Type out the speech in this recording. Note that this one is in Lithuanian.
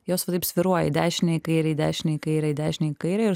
jos va taip svyruoja į dešinę į kairę į dešinę į kairę į dešinę į kairę ir